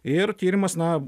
ir tyrimas na